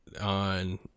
on